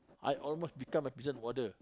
I almost become a prison warden